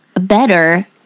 better